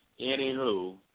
anywho